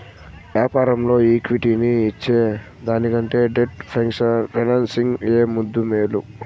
యాపారంల ఈక్విటీని ఇచ్చేదానికంటే డెట్ ఫైనాన్సింగ్ ఏ ముద్దూ, మేలు